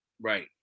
Right